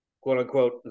quote-unquote